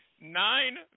nine